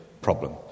problem